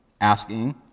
asking